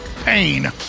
pain